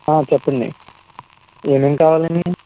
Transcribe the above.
చెప్పండి ఏమేం కావాలండి